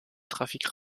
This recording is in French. trafic